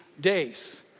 days